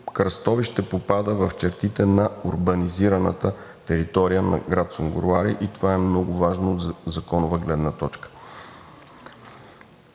кръстовище попада в чертите на урбанизираната територия на град Сунгурларе и това е много важно от законова гледна точка;